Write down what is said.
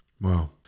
Wow